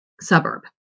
suburb